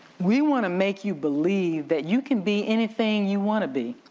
we wanna make you believe that you can be anything you wanna be